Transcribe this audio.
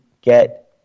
get